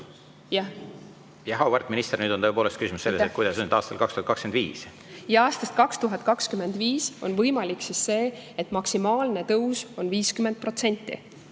Auväärt minister, nüüd on tõepoolest küsimus selles, kuidas on see aastal 2025. Aastast 2025 on võimalik see, et maksimaalne tõus on 50%.